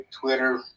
Twitter